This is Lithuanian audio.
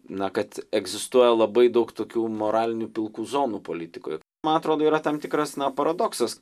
na kad egzistuoja labai daug tokių moralinių pilkų zonų politikoje man atrodo yra tam tikras paradoksas